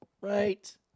right